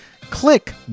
click